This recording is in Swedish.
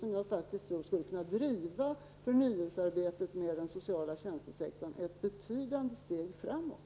Jag tror faktiskt man när det gäller förnyelsearbetet med den sociala tjänstesektorn därmed skulle ta ett betydande steg framåt.